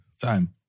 time